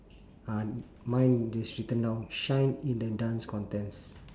uh mine is written down shine in the dance contest